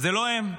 זה לא הם,